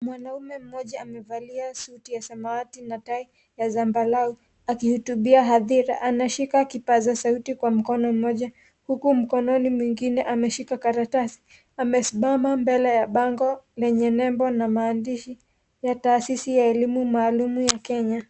Mwanaume mmoja amevalia suti ya samawati na tai ya zambarao akihutubia hadhira anashika kipaza sauti kwa mkono moja huku mkononi mwingine ameshika karatasi, amesimama mbele ya bango lenye nembo na maandishi ya taasisi ya elimu maalum ya Kenya.